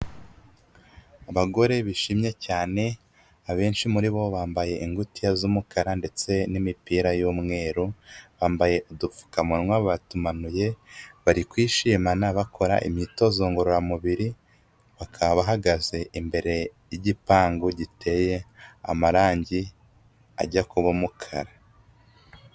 Abagore bishimye cyane abenshi muri bo bambaye ingutiya z'umukara ndetse n'imipira y'umweru, bambaye udupfukamuwa batumanuye bari kwishimana bakora imyitozo ngororamubiri, bakaba bahagaze imbere y'igipangu giteye amarangi ajya kuba umukara.